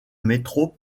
métro